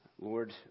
Lord